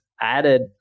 added